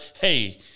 Hey